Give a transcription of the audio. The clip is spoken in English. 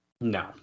No